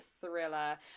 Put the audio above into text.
thriller